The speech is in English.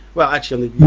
well actually